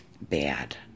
bad